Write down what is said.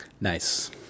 Nice